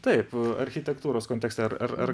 taip architektūros kontekste ar ar ar